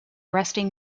resting